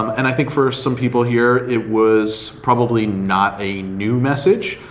um and i think for some people here it was probably not a new message,